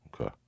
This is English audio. Okay